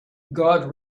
god